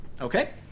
Okay